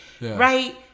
right